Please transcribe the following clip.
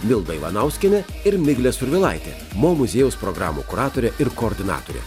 milda ivanauskienė ir miglė survilaitė mo muziejaus programų kuratorė ir koordinatorė